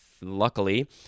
luckily